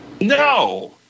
No